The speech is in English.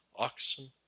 Oxen